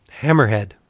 Hammerhead